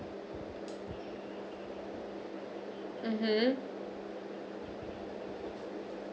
mmhmm